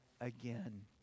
again